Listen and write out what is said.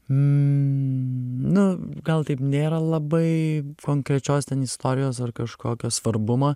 na gal taip nėra labai konkrečios istorijos ar kažkokio svarbumą